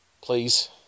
please